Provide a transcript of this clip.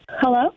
Hello